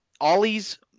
Ollie's